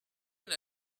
una